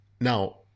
Now